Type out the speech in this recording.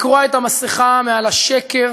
לקרוע את המסכה מעל השקר